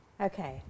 Okay